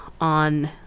on